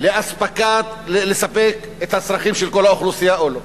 כדי לספק את הצרכים של כל האוכלוסייה, או לא?